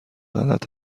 غلط